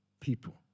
people